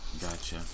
Gotcha